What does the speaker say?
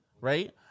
Right